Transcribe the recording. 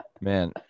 man